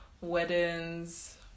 weddings